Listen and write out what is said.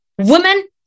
Women